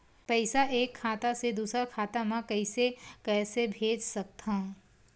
पईसा एक खाता से दुसर खाता मा कइसे कैसे भेज सकथव?